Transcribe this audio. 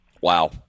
wow